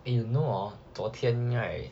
eh you know hor 昨天 right